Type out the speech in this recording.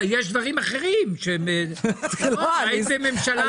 יש דברים אחרים שהם איזה ממשלה רעה.